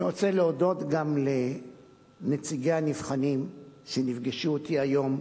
אני רוצה להודות גם לנציגי הנבחנים שנפגשו אתי היום,